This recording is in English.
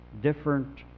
different